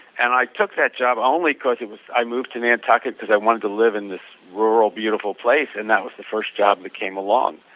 and i took that job only because i moved to nantucket because i wanted to live in this rural beautiful place and that was the first job that came along.